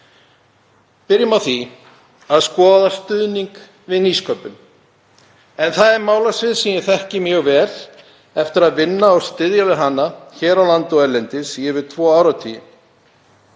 Byrjum á að skoða stuðning við nýsköpun en það er málasvið sem ég þekki mjög vel eftir að hafa unnið og stutt við hana hér á landi og erlendis í yfir tvo áratugi.